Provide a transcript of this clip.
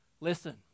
Listen